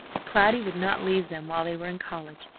cloudy would not leave them while they were in college,